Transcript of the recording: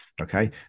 okay